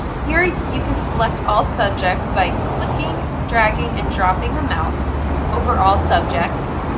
here, you you can select all subjects by clicking, dragging, and dropping the mouse over all subjects.